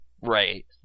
Right